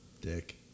Dick